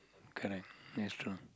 correct it's true